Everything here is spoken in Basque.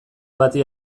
bati